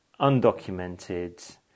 undocumented